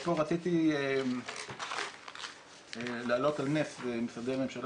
פה רציתי להעלות על נס משרדי ממשלה